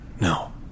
No